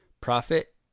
Profit